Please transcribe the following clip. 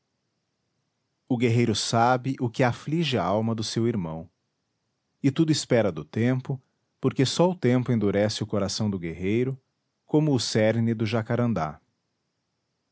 o guerreiro sabe o que aflige a alma do seu irmão e tudo espera do tempo porque só o tempo endurece o coração do guerreiro como o cerne do jacarandá